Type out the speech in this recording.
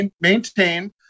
maintained